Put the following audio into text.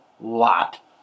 lot